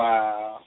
Wow